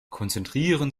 konzentrieren